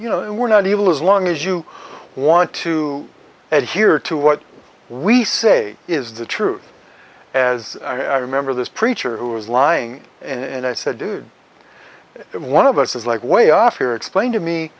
you know we're not evil as long as you want to add here to what we say is the truth as i remember this preacher who was lying and i said dude one of us is like way off here explain to me